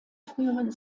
früheren